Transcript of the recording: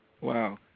Wow